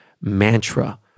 mantra